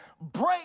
break